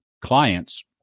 clients